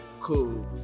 Cool